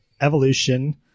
Evolution